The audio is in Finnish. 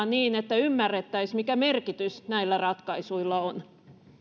niin että ymmärrettäisiin mikä merkitys näillä ratkaisuilla on